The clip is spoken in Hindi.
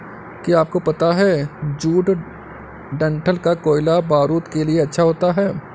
क्या आपको पता है जूट डंठल का कोयला बारूद के लिए अच्छा होता है